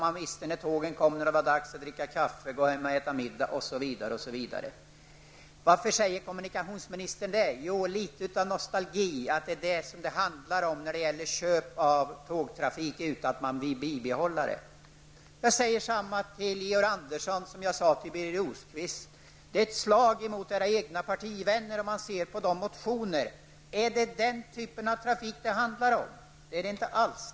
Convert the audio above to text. Man visste när tågen kom och när det var dags att dricka kaffe, gå hem och äta middag osv. Varför uttalar sig kommunikationsministern som han gör? Jo, det är litet nostalgi som det handlar om när det gäller köp av tågtrafik. Man vill bibehålla den. Jag säger detsamma till Georg Andersson som jag sade till Birger Rosqvist: Det är ett slag mot era egna partivänner. Ser man på motionerna kan man fråga om det är den typen av trafik som det handlar om. Det är det inte alls.